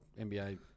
NBA